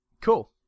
Cool